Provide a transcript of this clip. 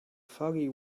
foggy